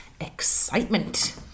excitement